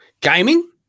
Gaming